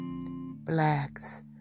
blacks